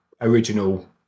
original